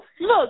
Look